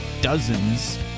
dozens